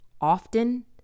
often